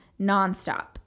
nonstop